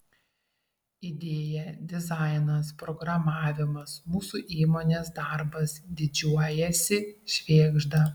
idėja dizainas programavimas mūsų įmonės darbas didžiuojasi švėgžda